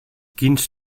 quins